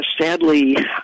sadly